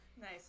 Nice